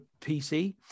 PC